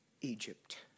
Egypt